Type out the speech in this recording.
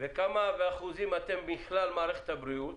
וכמה באחוזים אתם בכלל מערכת הבריאות?